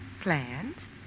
Plans